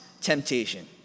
temptation